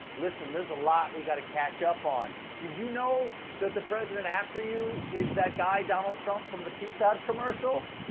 listen, there's a lot we've got to catch up on. did you know that the president after you is that guy donald trump from the pizza hut commercials?